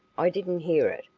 i didn't hear it.